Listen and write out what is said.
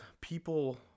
people